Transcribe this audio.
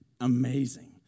amazing